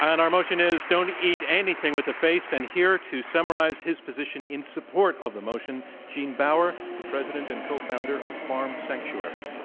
and our motion is, don't eat anything with a face, and here to summarize his position in support of the motion, gene bauer, the president and co-founder of farm sanctuary.